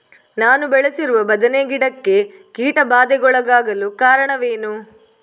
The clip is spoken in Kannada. ನಾನು ಬೆಳೆಸಿರುವ ಬದನೆ ಗಿಡಕ್ಕೆ ಕೀಟಬಾಧೆಗೊಳಗಾಗಲು ಕಾರಣವೇನು?